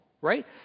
right